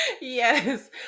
Yes